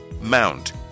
Mount